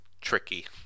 tricky